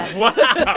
wow